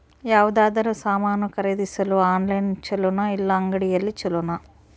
ಯಾವುದಾದರೂ ಸಾಮಾನು ಖರೇದಿಸಲು ಆನ್ಲೈನ್ ಛೊಲೊನಾ ಇಲ್ಲ ಅಂಗಡಿಯಲ್ಲಿ ಛೊಲೊನಾ?